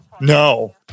No